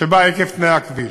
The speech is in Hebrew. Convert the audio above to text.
שבא עקב תנאי הכביש.